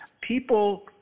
People